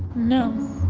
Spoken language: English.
no.